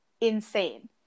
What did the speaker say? insane